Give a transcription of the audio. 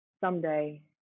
someday